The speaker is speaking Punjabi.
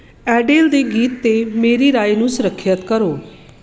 ਐਡੇਲ ਦੇ ਗੀਤ 'ਤੇ ਮੇਰੀ ਰਾਏ ਨੂੰ ਸੁਰੱਖਿਅਤ ਕਰੋ